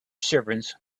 servants